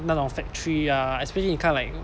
那种 factory ah especially in kind of like